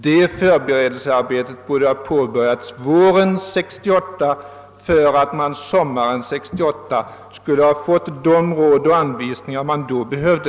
Detta förberedelsearbete borde ha påbörjats våren 1968 för att kommunerna sommaren 1968 skulle ha fått de råd och anvisningar de behövde.